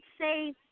say